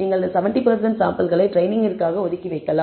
நீங்கள் 70 சாம்பிள்களை ட்ரெய்னிங்கிற்க்காக ஒதுக்கி வைக்கலாம்